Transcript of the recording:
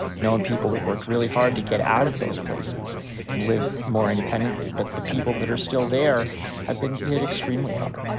known people that worked really hard to get out of those places and live more independently. but the people that are still there have been hit extremely hard.